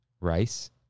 rice